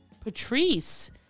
Patrice